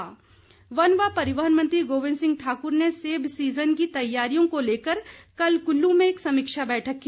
गोविंद ठाकुर वन व परिवहन मंत्री गोविंद सिंह ठाकुर ने सेब सीजन की तैयारियों को लेकर कल कुल्लू में एक समीक्षा बैठक की